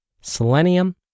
selenium